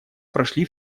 прошли